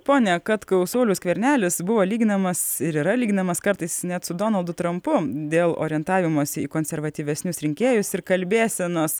pone katkau saulius skvernelis buvo lyginamas ir yra lyginamas kartais net su donaldu trampu dėl orientavimosi į konservatyvesnius rinkėjus ir kalbėsenos